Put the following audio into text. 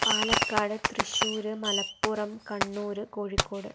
Palakkad Thrissur Malappuram Kannur Kozhikode